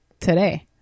today